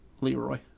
Leroy